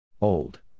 Old